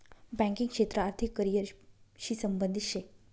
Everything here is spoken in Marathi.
बँकिंग क्षेत्र आर्थिक करिअर शी संबंधित शे